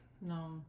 No